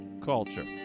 culture